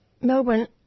Melbourne